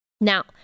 Now